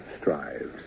strives